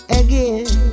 again